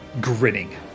grinning